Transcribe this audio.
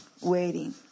waiting